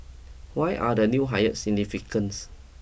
why are the new hires significance